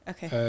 Okay